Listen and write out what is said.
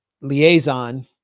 liaison